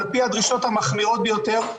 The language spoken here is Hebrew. על פי הדרישות המחמירות ביותר.